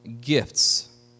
gifts